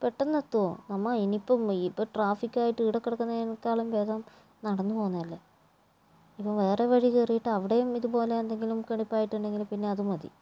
പെട്ടെന്ന് എത്തുവോ നമ്മൾ ഇനിയിപ്പം ഇപ്പം ട്രാഫിക്കായിട്ട് ഇവിടെ കിടക്കുന്നതിനേക്കാളും ഭേദം നടന്നു പോവുന്നതല്ലേ വേറെ വഴി കയറിയിട്ട് അവിടെയും ഇതുപോലെ എന്തെങ്കിലും കെണിപ്പ് ആയിട്ടുണ്ടെങ്കിൽ പിന്നെ അത് മതി